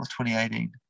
2018